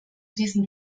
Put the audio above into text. diesem